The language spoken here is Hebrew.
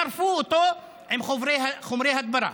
שרפו אותו עם חומרי הדברה,